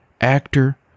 actor